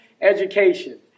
Education